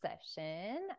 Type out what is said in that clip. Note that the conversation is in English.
session